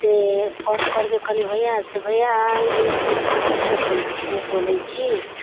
से phone करके कहलिऐ भैया से भैया ई कृष्णा शूट से बोलते बोलै छी